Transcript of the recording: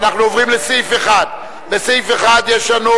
אנחנו עוברים לסעיף 1. לסעיף 1 יש לנו